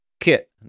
Kit